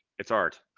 it's art.